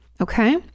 Okay